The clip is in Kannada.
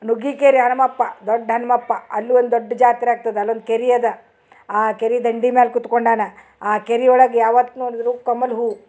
ನುಗ್ಗಿಕೇರಿ ಹನಮಪ್ಪ ದೊಡ್ಡ ಹನುಮಪ್ಪ ಅಲ್ಲು ಒಂದು ದೊಡ್ಡ ಜಾತ್ರೆ ಆಗ್ತದ ಅಲೊಂದು ಕೆರೆ ಅದ ಆ ಕೆರೆ ದಂಡಿ ಮ್ಯಾಲ ಕೂತ್ಕೊಂಡಾನ ಆ ಕೆರೆ ಒಳ್ಗ ಯಾವತ್ತ್ ನೋಡುದರೂ ಕಮಲ ಹೂ